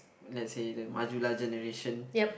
let's say the Majulah generation